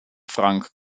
frank